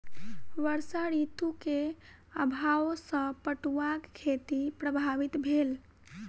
वर्षा ऋतू के अभाव सॅ पटुआक खेती प्रभावित भेल